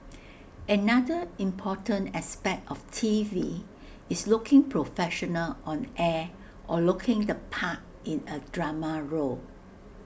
another important aspect of T V is looking professional on air or looking the part in A drama role